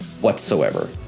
whatsoever